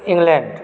England